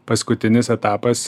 paskutinis etapas